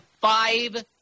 five